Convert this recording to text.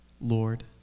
Lord